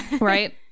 Right